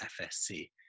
fsc